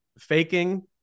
faking